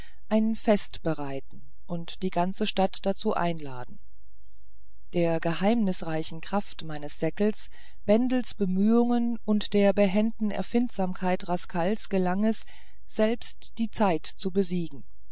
ein fest bereiten und die ganze stadt dazu einladen der geheimnisreichen kraft meines säckels bendels bemühungen und der behenden erfindsamkeit rascals gelang es selbst die zeit zu besiegen